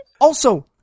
Also-